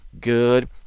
good